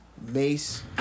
Mace